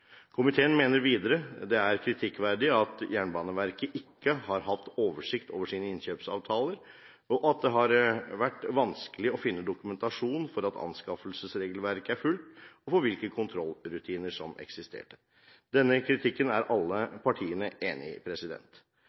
Komiteen mener videre det er kritikkverdig at Jernbaneverket ikke har hatt oversikt over sine innkjøpsavtaler, og at det har vært vanskelig å finne dokumentasjon for at anskaffelsesregelverket er fulgt og for hvilke kontrollrutiner som eksisterer. Denne kritikken er alle partiene enig i.